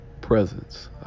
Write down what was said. presence